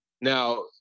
Now